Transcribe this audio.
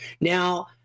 Now